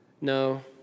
no